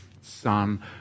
son